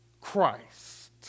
Christ